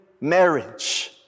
marriage